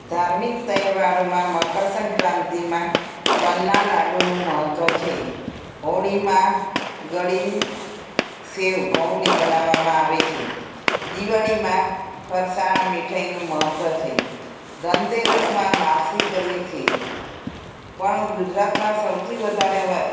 ધાર્મિક તહેવારોમાં મકરસંક્રાંતિમાં તલના લાડુનું મહત્ત્વ છે હોળીમાં ગળી સેવ ઘઉંની બનાવવામાં આવે છે દિવાળીમાં ફરસાણ મીઠાઇનું મહત્ત્વ છે ધનતેરસમાં લાપસી કરીએ છીએ પણ ગુજરાતમાં સૌથી વધારે